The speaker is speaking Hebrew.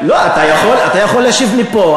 לא, אתה יכול להשיב מפה.